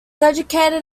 educated